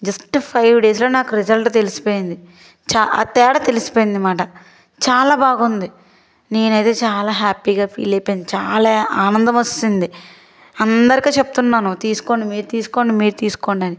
just five డేస్లో నాకు result తెలిసిపోయింది చా ఆ తేడా తెలిసిపోయింది మాట చాలా బాగుంది నేనైతే చాలా హ్యాపీగా ఫీల్ అయిపోయాను చాలా ఆనందం వస్తుంది అందరికి చెప్తున్నాను తీసుకోండి మీరు తీసుకోండి మీరు తీసుకోండని